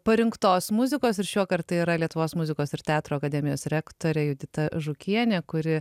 parinktos muzikos ir šiuokart tai yra lietuvos muzikos ir teatro akademijos rektorė judita žukienė kuri